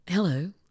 Hello